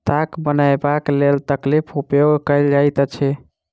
ताग बनयबाक लेल तकलीक उपयोग कयल जाइत अछि